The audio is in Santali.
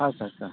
ᱟᱪᱪᱷᱟ ᱟᱪᱪᱷᱟ